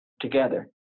together